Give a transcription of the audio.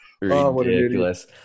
Ridiculous